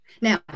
Now